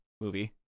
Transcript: movie